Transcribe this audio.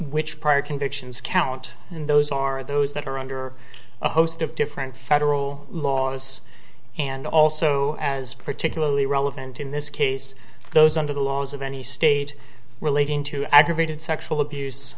which prior convictions count and those are those that are under a host of different federal laws and also as particularly relevant in this case those under the laws of any state relating to aggravated sexual abuse